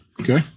Okay